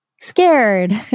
scared